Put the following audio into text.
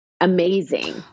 amazing